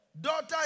daughter